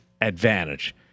advantage